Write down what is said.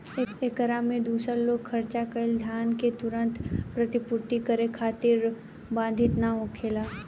एकरा में दूसर लोग खर्चा कईल धन के तुरंत प्रतिपूर्ति करे खातिर बाधित ना होखेला